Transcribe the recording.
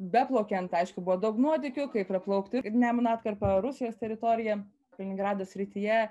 beplaukiant aišku buvo daug nuotykių kaip praplaukti nemuno atkarpą rusijos teritorija kaliningrado srityje